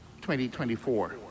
2024